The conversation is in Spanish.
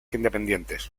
independientes